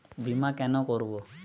বিমা কেন করব?